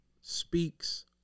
speaks